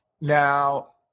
Now